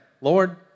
Lord